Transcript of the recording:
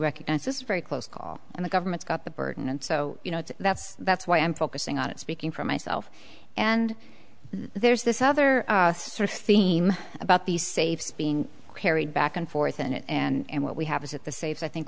recognized this very close call and the government's got the burden and so you know that's that's why i'm focusing on it speaking for myself and there's this other sort of theme about these safes being carried back and forth in it and what we have is that the saves i think